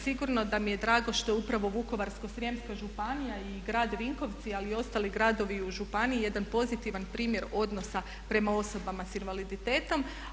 Sigurno da mi je drago što je upravo Vukovarsko-srijemska županija i grad Vinkovci ali i ostali gradovi u županiji jedan pozitivan primjer odnosa prema osobama sa invaliditetom.